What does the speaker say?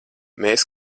mēs